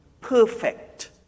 perfect